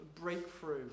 breakthrough